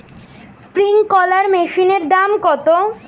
Sprinkler মেশিনের দাম কত?